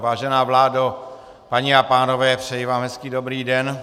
Vážená vládo, paní a pánové, přeji vám hezký dobrý den.